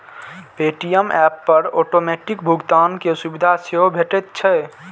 Paytm app पर automatic भुगतान के सुविधा सेहो भेटैत छैक